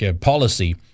policy